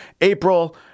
April